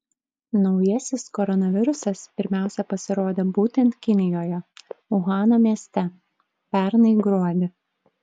naujasis koronavirusas pirmiausia pasirodė būtent kinijoje uhano mieste pernai gruodį